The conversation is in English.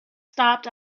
stopped